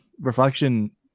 reflection